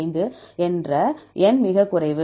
5 என்ற எண் மிகக் குறைவு